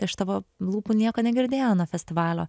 iš tavo lūpų nieko negirdėjo nuo festivalio